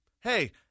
Hey